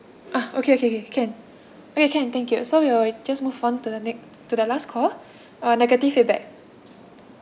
ah okay okay can okay can thank you so we will just move on to the next to the last call uh negative feedback